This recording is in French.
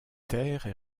terres